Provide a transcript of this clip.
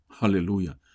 Hallelujah